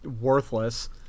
worthless